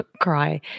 cry